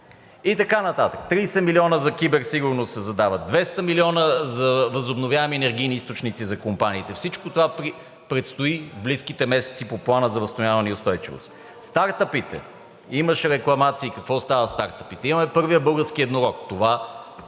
и така нататък. 30 милиона за киберсигурност се задават, 200 милиона за възобновяеми енергийни източници за компаниите. Всичко това предстои в близките месеци по Плана за възстановяване и устойчивост. Стартъпите. Имаше рекламации какво става със стартъпите. Имаме първия български еднорог. Това е